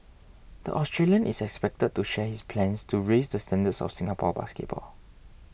the Australian is expected to share his plans to raise the standards of Singapore basketball